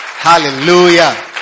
Hallelujah